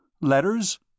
Letters